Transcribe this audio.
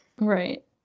right